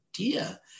idea